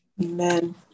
Amen